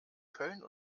köln